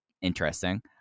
interesting